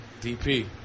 DP